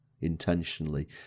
intentionally